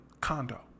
condo